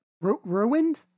ruined